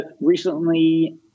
recently